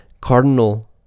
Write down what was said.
cardinal